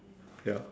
ya